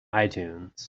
itunes